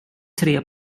tre